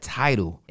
title